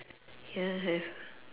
ya have